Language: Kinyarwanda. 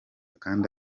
kandi